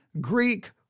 Greek